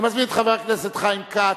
אני מזמין את חבר הכנסת חיים כץ.